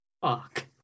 Fuck